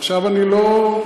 עכשיו אני לא,